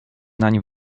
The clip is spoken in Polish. nań